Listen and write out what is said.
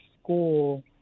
school